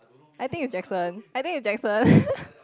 I think it's Jackson I think it's Jackson